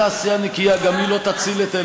אני קיימתי,